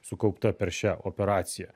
sukaupta per šią operaciją